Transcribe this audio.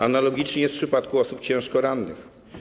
Analogicznie jest w przypadku osób ciężko rannych.